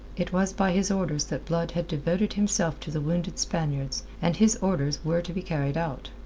it was by his orders that blood had devoted himself to the wounded spaniards, and his orders were to be carried out.